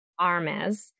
Armez